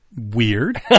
Weird